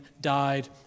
died